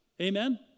Amen